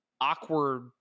awkward